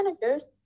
managers